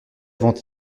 avant